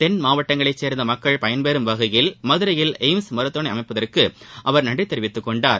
தென் மாவட்டங்களை சேர்ந்த மக்கள் பயன்பெறும் வகையில் மதுரையில் எயிம்ஸ் மருத்துவமனை அமைப்பதற்கு அவர் நன்றி தெரிவித்துக்கொண்டார்